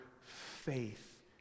faith